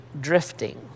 drifting